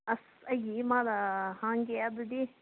ꯑꯁ ꯑꯩꯒꯤ ꯏꯃꯥꯗ ꯍꯪꯒꯦ ꯑꯗꯨꯗꯤ